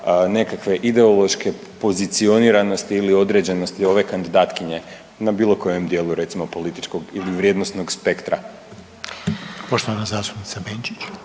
nekakve ideološke pozicioniranosti ili određenosti ove kandidatkinje na bilo kojem dijelu recimo političkog ili vrijednosnog spektra. **Reiner, Željko